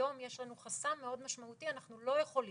היום יש לנו חסם מאוד משמעותי, אנחנו לא יכולים.